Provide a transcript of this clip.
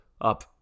up